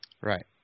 Right